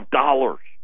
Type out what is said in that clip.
dollars